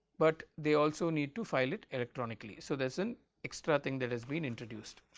but they also need to file it electronically. so, there is an extra thing that has been introduced.